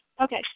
Okay